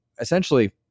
essentially